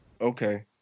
Okay